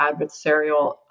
adversarial